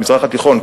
במזרח התיכון,